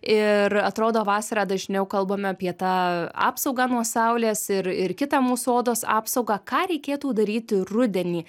ir atrodo vasarą dažniau kalbame apie tą apsaugą nuo saulės ir ir kitą mūsų odos apsaugą ką reikėtų daryti rudenį